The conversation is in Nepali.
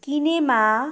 किनेमा